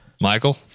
Michael